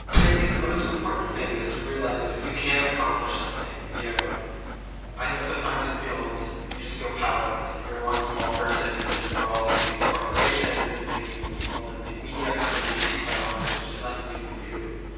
i think the most important thing is to realize that you can accomplish something. you know i know sometimes it feels, you just feel powerless, that you're one small person in this world of big corporations and big evil people, and big media companies, and so on. there's just nothing you can do,